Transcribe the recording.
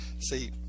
See